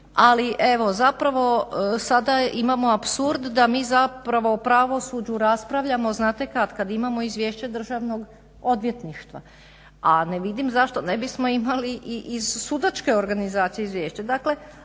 Ali evo zapravo sada imamo apsurd da mi o pravosuđu raspravljamo znate kada? Kada idemo izvješće Državno odvjetništva a ne vidim zašto ne bismo imali i sudačke organizacije izvješće.